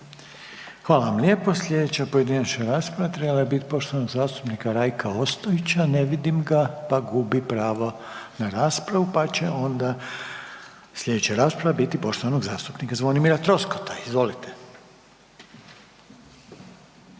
Hvala lijepo. Sljedeća pojedinačna rasprava trebala je biti poštovanog zastupnika Rajka Ostojića, ne vidim ga pa gubi pravo na raspravu. Pa će onda sljedeća rasprava biti poštovanog zastupnika Zvonimira Troskota. Izvolite.